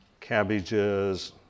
Cabbages